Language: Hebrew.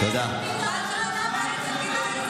ביטון האחרונה שתגיד את זה.